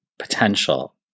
potential